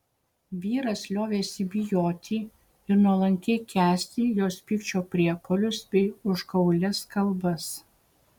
vyras liovėsi bijoti ir nuolankiai kęsti jos pykčio priepuolius bei užgaulias kalbas